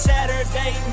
Saturday